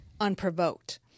unprovoked